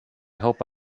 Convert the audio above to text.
hope